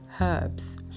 herbs